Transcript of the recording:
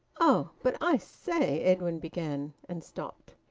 oh but i say edwin began, and stopped.